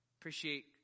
Appreciate